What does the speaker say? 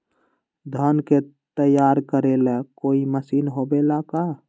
धान के तैयार करेला कोई मशीन होबेला का?